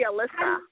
Alyssa